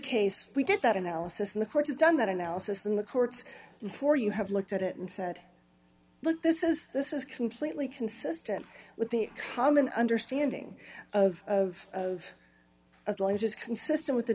case we did that analysis in the courts have done that analysis and the courts for you have looked at it and said look this is this is completely consistent with the common understanding of of atlanta just consistent with the